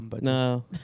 No